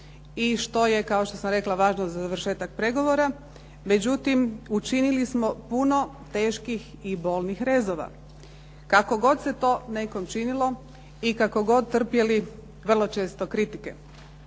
i što je kao što sam rekla važno za završetak pregovora. Međutim, učinili smo puno teških i bolnih rezova. Kako god se to nekom činilo i kako god trpjeli vrlo često kritike.